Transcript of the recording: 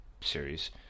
series